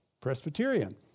Presbyterian